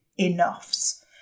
enoughs